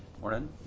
Morning